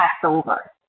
Passover